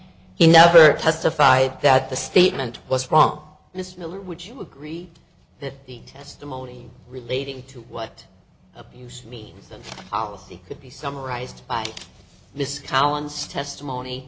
he never testified that the statement was wrong and would you agree that the testimony relating to what you mean policy could be summarized by this collins testimony